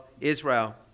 Israel